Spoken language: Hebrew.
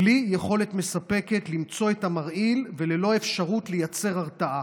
בלי יכולת מספקת למצוא את המרעיל וללא אפשרות לייצר הרתעה.